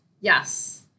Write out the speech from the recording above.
Yes